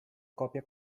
copia